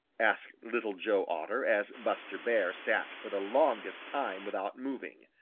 asked little joe otter, as buster bear sat for the longest time without moving.